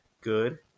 good